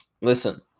Listen